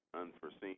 unforeseen